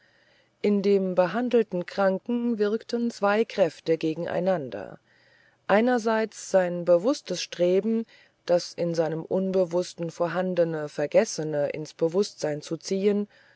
in dem behandelten kranken wirkten zwei kräfte gegen einander einerseits sein bewußtes bestreben das in seinem unbewußten vorhandene vergessene ins bewußtsein zu ziehen